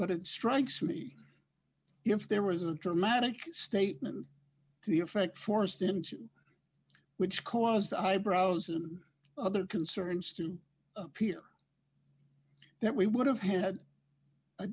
but it strikes me if there was a dramatic statement to the effect force them to which caused eyebrows and other concerns to appear that we would have had a